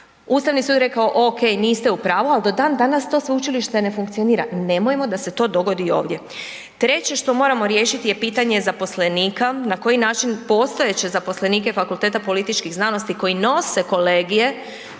Ustavni sud je rekao okej niste u pravu, ali do dan danas to sveučilište ne funkcionira. Nemojmo da se to dogodi i ovdje. Treće što moramo riješiti je pitanje zaposlenika, na koji način postojeće zaposlenike Fakulteta političkih znanosti koji nose kolegije